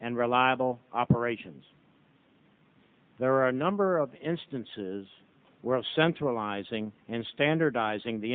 and reliable operations there are a number of instances where of centralizing and standardizing the